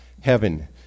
heaven